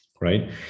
Right